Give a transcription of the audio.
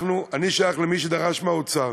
אני שייך למי שדרשו מהאוצר